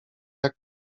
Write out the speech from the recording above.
jak